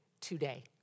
today